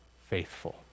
faithful